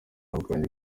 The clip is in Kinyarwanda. bwanjye